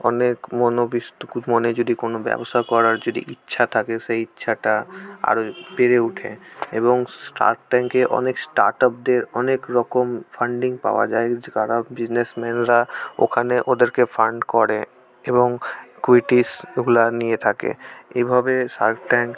অনেক মানে যদি কোনো ব্যবসা করার যদি ইচ্ছা থাকে সেই ইচ্ছাটা আরও বেড়ে ওঠে এবং শার্ক ট্যাঙ্কে অনেক স্টার্টআপদের অনেক রকম ফান্ডিং পাওয়া যায় কারা বিজনেসম্যানরা ওখানে ওদেরকে ফান্ড করে এবং ইকুইটিস ওগুলো নিয়ে থাকে এভাবে শার্ক ট্যাঙ্ক